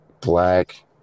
Black